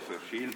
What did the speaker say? לשאילתות.